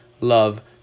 love